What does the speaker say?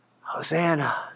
Hosanna